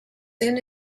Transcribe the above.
soon